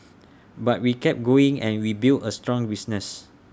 but we kept going and we built A strong business